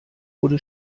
wurde